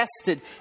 tested